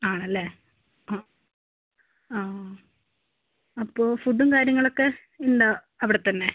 ആണ് അല്ലേ ആ ആ അപ്പോൾ ഫുഡും കാര്യങ്ങളൊക്കെ ഉണ്ടോ അവിടെത്തന്നെ